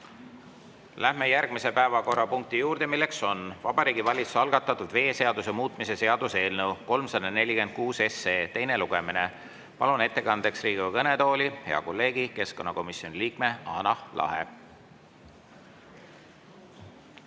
Läheme järgmise päevakorrapunkti juurde, milleks on Vabariigi Valitsuse algatatud veeseaduse muutmise seaduse eelnõu 346 teine lugemine. Palun ettekandeks Riigikogu kõnetooli hea kolleegi, keskkonnakomisjoni liikme Hanah Lahe.